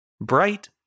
bright